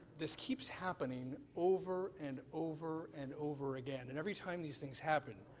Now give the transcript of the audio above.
this keeps happening over and over and over again. and every time these things happen,